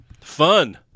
Fun